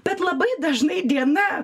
bet labai dažnai diena